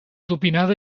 tupinada